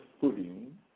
footing